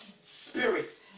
Spirits